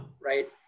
right